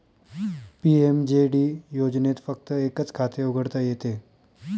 PMJD योजनेत फक्त एकच खाते उघडता येते